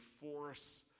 force